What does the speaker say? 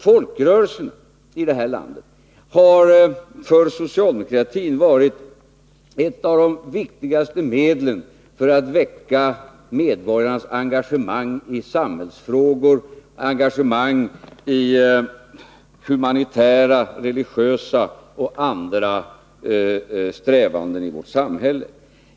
Folkrörelserna i det här landet har för socialdemokratin varit ett av de viktigaste medlen för att väcka medborgarnas engagemang i samhällsfrågor när det gäller humanitära, religiösa och andra strävanden i vårt samhälle.